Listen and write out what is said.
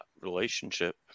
relationship